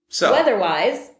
weather-wise